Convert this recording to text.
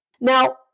Now